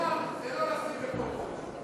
העיקר זה לא לשים מקומות.